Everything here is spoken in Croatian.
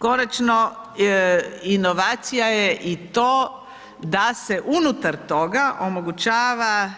Konačno, inovacija je i to da se unutar toga omogućava